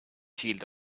shield